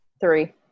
Three